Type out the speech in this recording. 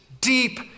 deep